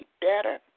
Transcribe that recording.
better